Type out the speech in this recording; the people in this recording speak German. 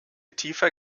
tiefer